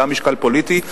גם משקל פוליטי.